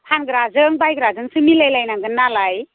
फानग्राजों बायग्राजोंसो मिलायलायनांगोन नालाय